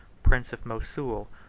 prince of mosul,